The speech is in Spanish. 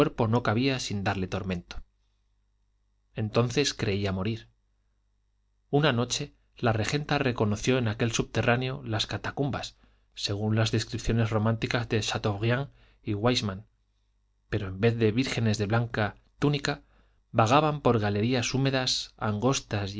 cuerpo no cabía sin darle tormento entonces creía morir una noche la regenta reconoció en aquel subterráneo las catacumbas según las descripciones románticas de chateaubriand y wisseman pero en vez de vírgenes de blanca túnica vagaban por las galerías húmedas angostas